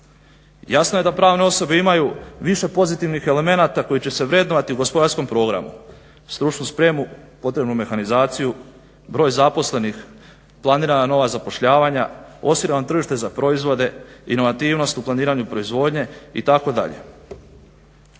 Jasno je da pravne osobe imaju više pozitivnih elemenata koji će se vrednovati u gospodarskom programu. Stručnu spremu, potrebnu mehanizaciju, broj zaposlenih, planirana nova zapošljavanja, tržište za proizvode, inovativnost u planiranju proizvodnje itd.